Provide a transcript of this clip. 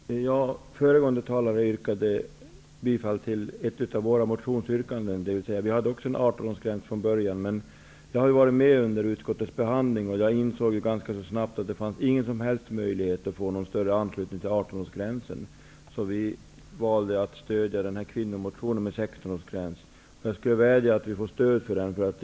Herr talman! Föregående talare yrkade bifall till ett av våra motionsyrkanden. Vi hade också en 18 årsgräns från början. Men jag har varit med under utskottets behandling. Jag insåg ganska snabbt att det inte fanns någon som helst möjlighet att få någon större anslutning till 18-årsgränsen. Så vi valde att stödja den här kvinnomotionen med 16 Jag vädjar att vi får stöd för den.